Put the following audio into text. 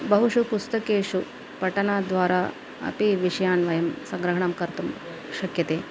बहुषु पुस्तकेषु पठनद्वारा अपि विषयान् वयं सङ्ग्रहणं कर्तुं शक्यते